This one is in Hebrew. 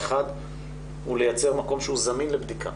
האחד הוא לייצר מקום שהוא זמין לבדיקה